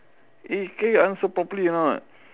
eh can you answer properly or not